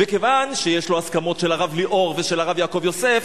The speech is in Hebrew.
וכיוון שיש לו הסכמות של הרב ליאור ושל הרב יעקב יוסף,